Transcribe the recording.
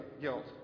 guilt